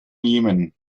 jemen